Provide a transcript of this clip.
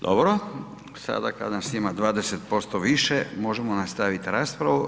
Dobro, sada kada nas ima 20% više možemo nastaviti raspravu.